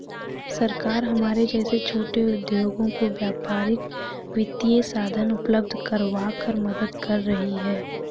सरकार हमारे जैसे छोटे उद्योगों को व्यापारिक वित्तीय साधन उपल्ब्ध करवाकर मदद कर रही है